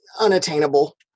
unattainable